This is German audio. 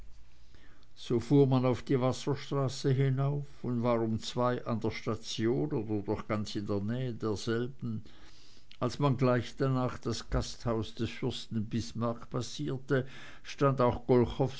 so fuhr man die wasserstraße hinauf und war um zwei an der station oder doch ganz in nähe derselben als man gleich danach das gasthaus des fürsten bismarck passierte stand auch